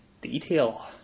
detail